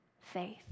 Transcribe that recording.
faith